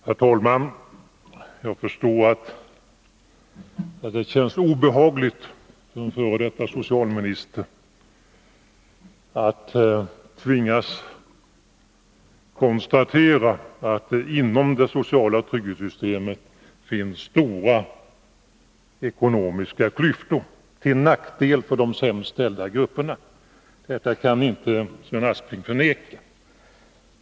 Herr talman! Jag förstår att det känns obehagligt för en f. d. socialminister att tvingas konstatera att det inom det sociala trygghetssystemet finns stora ekonomiska klyftor, till nackdel för de sämst ställda grupperna. Detta kan inte Sven Aspling förneka.